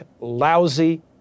lousy